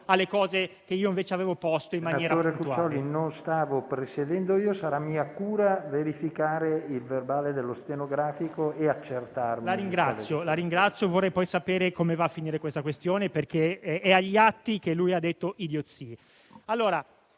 alle questioni che io invece avevo posto in maniera puntuale.